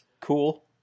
cool